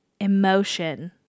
emotion